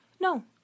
no